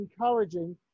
encouraging